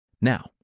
Now